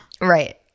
right